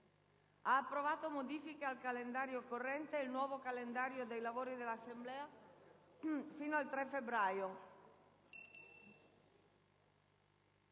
ha approvato modifiche al calendario corrente e il nuovo calendario dei lavori dell'Assemblea fino al 3 febbraio.